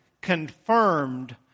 confirmed